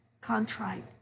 contrite